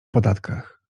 podatkach